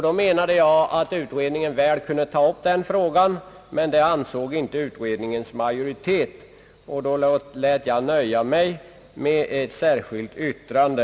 Då menade jag att utredningen kunde ta upp den frågan, men det ansåg inte utredningens majoritet, och jag lät mig nöja med ett särskilt yttrande.